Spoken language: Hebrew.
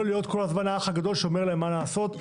להיות כל הזמן האח הגדול שאומר להם מה לעשות.